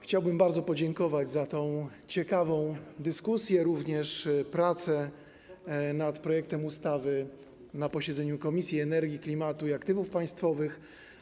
Chciałbym bardzo podziękować za tę ciekawą dyskusję, również za prace nad projektem ustawy na posiedzeniu Komisji do Spraw Energii, Klimatu i Aktywów Państwowych.